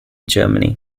germany